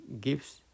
gives